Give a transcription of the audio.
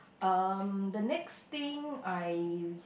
um the next thing I